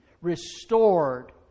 restored